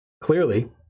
clearly